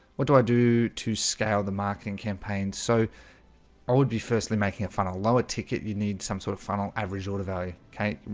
what do i do to scale the marketing campaign? so i would be firstly making it fun a lower ticket? ticket? you need some sort of funnel average order value. okay,